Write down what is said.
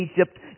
Egypt